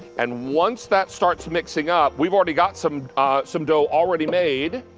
and once that starts mixing up, we've already got some some dough already made